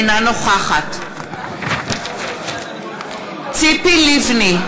אינה נוכחת ציפי לבני,